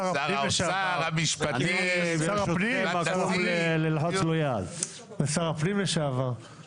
שר הפנים לשעבר וחבר הכנסת לשעבר מאיר שטרית.